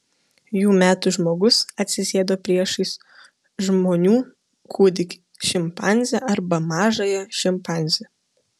jų metu žmogus atsisėdo priešais žmonių kūdikį šimpanzę arba mažąją šimpanzę